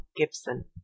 Gibson